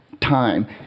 time